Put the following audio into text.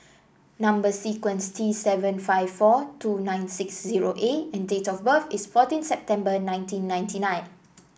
number sequence is T seven five four two nine six zero A and date of birth is fourteen September nineteen ninety nine